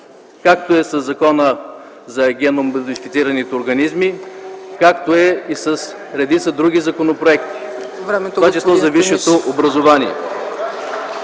както e със Закона за генномодифицираните организми, както e и с редица други законопроекти, в това число за висшето образование.